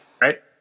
right